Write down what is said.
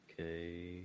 Okay